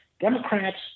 Democrats